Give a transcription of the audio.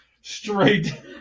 straight